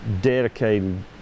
dedicated